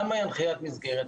למה היא הנחיית מסגרת?